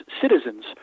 citizens